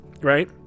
right